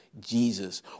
Jesus